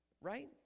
right